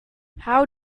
how